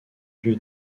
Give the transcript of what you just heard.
lieu